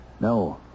No